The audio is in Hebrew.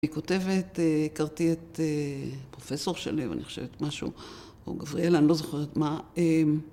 היא כותבת, הכרתי את הפרופסור שלו, אני חושבת, משהו, או גבריאלה, אני לא זוכרת מה.